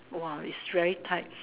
[wah] it's very tight